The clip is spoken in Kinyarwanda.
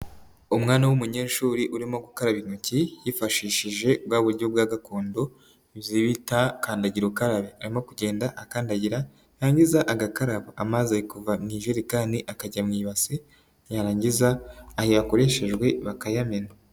Umwana w'umunyeshuri urimo gukaraba intoki yifashishije bwa buryo bwa gakondo ibyo bita kandagira ukarabe, arimo kugenda akandagira yangiza agakaraba, amazi ari kuva mu ijerekani akajya mu ibasi yarangiza aya yakoreshejwe bakayamena.